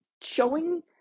showing